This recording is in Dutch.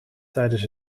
tijdens